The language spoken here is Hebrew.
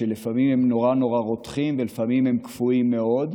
שלפעמים הם נורא נורא רותחים ולפעמים הם קפואים מאוד,